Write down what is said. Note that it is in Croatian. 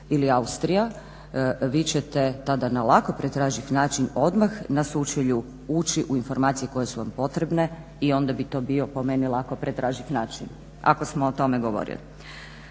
ili Austrija, vi ćete tada na lako pretraživ način odmah na sučelju uči u informacije koje su vam potrebne i onda bi to bio, po meni lako pretraživ način, ako smo o tome govorili.